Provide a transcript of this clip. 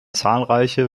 zahlreiche